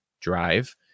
drive